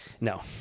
No